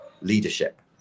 leadership